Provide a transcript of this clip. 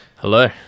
Hello